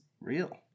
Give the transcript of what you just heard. real